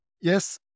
Yes